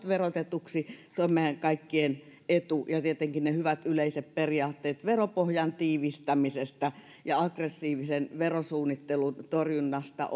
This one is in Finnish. verotetuiksi se on meidän kaikkien etu ja tietenkin ne hyvät yleiset periaatteet veropohjan tiivistämisestä ja aggressiivisen verosuunnittelun torjunnasta